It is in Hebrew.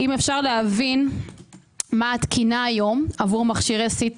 אם אפשר להבין מה התקינה היום עבור מכשירי CT